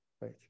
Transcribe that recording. right